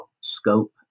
Scope